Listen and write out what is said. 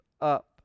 up